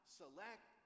select